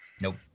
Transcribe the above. Nope